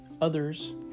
others